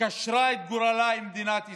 קשרה את גורלה עם מדינת ישראל.